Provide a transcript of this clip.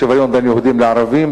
השוויון בין יהודים לערבים,